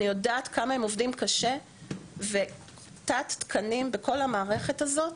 אני יודעת כמה הם עובדים קשה ותת תקנים בכל המערכת הזאת.